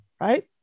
right